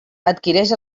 adquireix